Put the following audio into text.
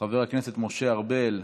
חבר הכנסת משה ארבל,